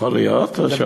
זה יכול להיות השעון?